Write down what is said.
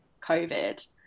COVID